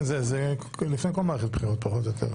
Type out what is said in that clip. זה נעשה לפני כל מערכת בחירות פחות או יותר.